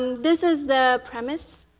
this is the premise.